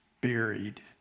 buried